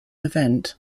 event